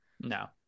No